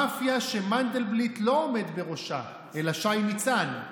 מאפיה שמנדלבליט לא עמד בראשה אלא שי ניצן,